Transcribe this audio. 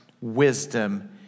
wisdom